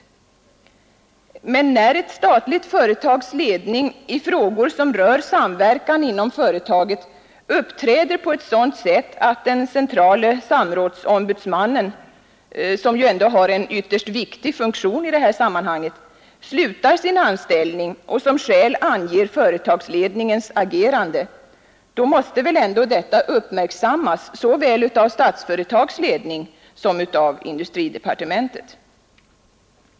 Men när ett statligt företags ledning i frågor som rör samverkan inom företaget uppträder på ett sådant sätt att den centrale samrådsombudsmannen, som ju har en ytterst viktig funktion i detta sammanhang, slutar sin anställning och som skäl anger företagsledningens agerande, då måste väl ändå detta uppmärksammas såväl av Statsföretags ledning som av industridepartementet.